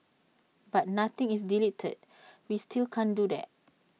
but nothing is deleted we still can't do that